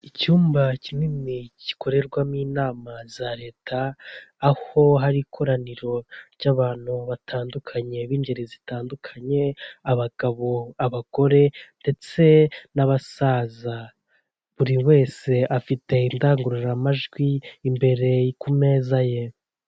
Uyu ni umuhanda wo mu bwoko bwa kaburimbo ugizwe n'amabara y'umukara nu'uturongo tw'umweru, kuruhande hari ibiti birebire by'icyatsi bitoshye, bitanga umuyaga n'amahumbezi ku banyura aho ngaho bose.